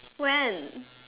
when